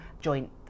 joint